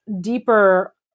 deeper